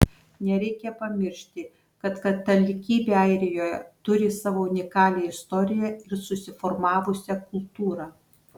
nereikia pamiršti kad katalikybė airijoje turi savo unikalią istoriją ir susiformavusią kultūrą